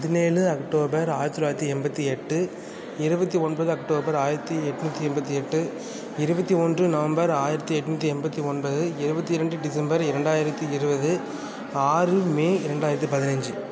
பதினேழு அக்டோபர் ஆயிரத்தி தொள்ளாயிரத்தி எண்பத்தி எட்டு இருபத்தி ஒன்பது அக்டோபர் ஆயிரத்தி எட்நூற்றி எண்பத்தி எட்டு இருபத்தி ஒன்று நவம்பர் ஆயிரத்தி எட்நூற்றி எண்பத்தி ஒன்பது இருபத்தி ரெண்டு டிசம்பர் இரண்டாயிரத்தி இருபது ஆறு மே இரண்டாயிரத்தி பதினைஞ்சு